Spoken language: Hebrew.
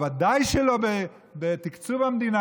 בוודאי שלא בתקצוב המדינה,